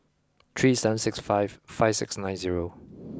three seven six five five six nine zero